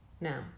Now